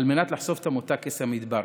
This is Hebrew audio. על מנת לחשוף את המותג קסם המדבר,